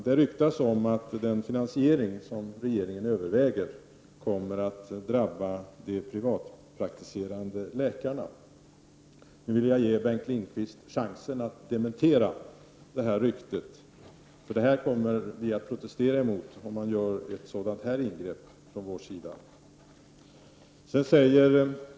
Det ryktas att den finansiering som regeringen överväger kommer att drabba de privatpraktiserande läkarna. Nu vill jag ge Bengt Lindqvist chansen att dementera ryktet. Från vår sida skulle vi protestera mot ett sådant ingrepp.